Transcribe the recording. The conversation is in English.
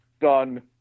done